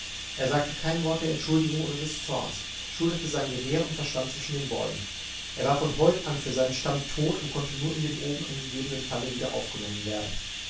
er sagte kein wort der entschuldigung oder des zornes schulterte sein gewehr und verschwand zwischen den bäumen er war von heut an für seinen stamm tot und konnte nur in dem oben angegebenen falle wieder aufgenommen werden